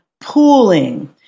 pooling